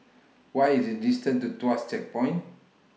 What IS The distance to Tuas Checkpoint